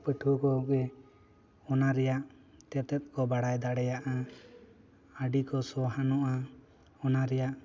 ᱯᱟᱹᱴᱷᱩᱣᱟᱹ ᱠᱚᱜᱮ ᱚᱱᱟ ᱨᱮᱭᱟᱜ ᱛᱮᱛᱮᱫ ᱠᱚ ᱵᱟᱲᱟᱭ ᱫᱟᱲᱮᱭᱟᱜ ᱟ ᱟᱹᱰᱤ ᱠᱚ ᱥᱚᱦᱟᱱᱚᱜ ᱟ ᱚᱱᱟ ᱨᱮᱭᱟᱜ